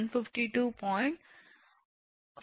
576